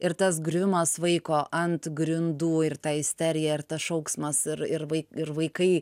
ir tas griuvimas vaiko ant grindų ir ta isterija ir tas šauksmas ir ir vai ir vaikai